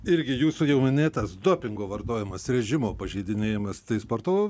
irgi jūsų jau minėtas dopingo vartojimas režimo pažeidinėjimas tai sporto